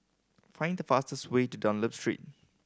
find the fastest way to Dunlop Street